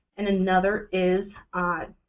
and another is